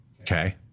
Okay